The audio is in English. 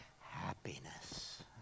happiness